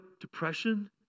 Depression